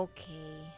Okay